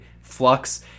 Flux